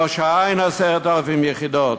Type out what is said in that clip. ראש-העין, 10,000 יחידות,